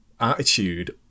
attitude